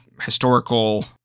historical